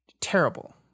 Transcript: terrible